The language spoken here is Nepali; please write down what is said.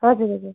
हजुर हजुर